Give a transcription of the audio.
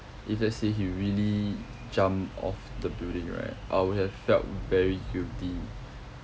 if let's say he really jump off the building right I would have felt very guilty